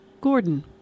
Gordon